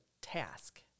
task